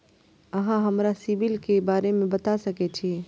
अहाँ हमरा सिबिल के बारे में बता सके छी?